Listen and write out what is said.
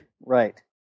Right